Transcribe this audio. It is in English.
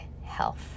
health